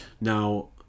Now